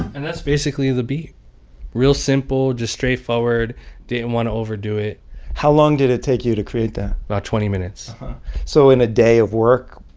and that's basically the beat real simple, just straightforward didn't and want to overdo it how long did it take you to create that? about twenty minutes so in a day of work,